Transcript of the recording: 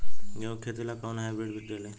गेहूं के खेती ला कोवन हाइब्रिड बीज डाली?